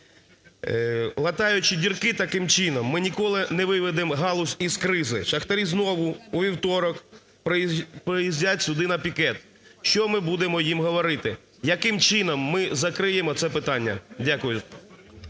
Латаючи дірки таким чином, ми ніколи не виведемо галузь із кризи. Шахтарі знову у вівторок приїздять сюди на пікет. Що ми будемо їм говорити? Яким чином ми закриємо це питання? Дякую.